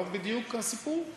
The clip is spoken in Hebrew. לא בדיוק הסיפור?